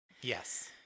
Yes